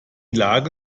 lage